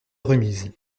remise